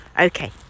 okay